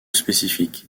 spécifiques